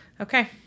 okay